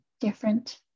different